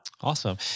Awesome